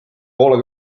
poola